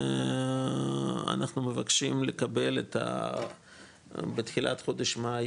אנחנו מבקשים לקבל בתחילת חודש מאי,